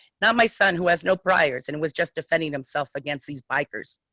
now, my son, who has no briars and was just defending themselves against these bikers.